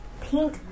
Pink